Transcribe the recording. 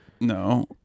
No